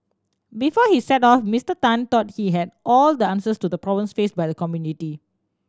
before he set off Mister Tan thought he had all the answers to the problems faced by the community